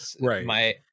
right